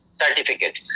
certificate